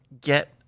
get